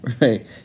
Right